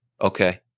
Okay